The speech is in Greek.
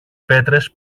πέτρες